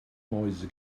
mäuse